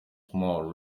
small